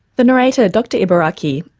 the narrator, dr ibaraki,